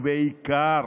ובעיקר